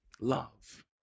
love